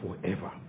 forever